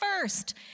first